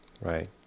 Right